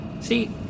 See